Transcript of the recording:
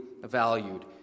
valued